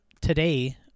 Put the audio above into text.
today